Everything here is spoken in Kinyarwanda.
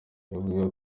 yunzemo